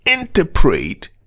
interpret